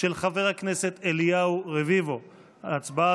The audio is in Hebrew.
התקבלה בקריאה